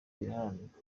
biraharanirwa